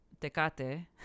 tecate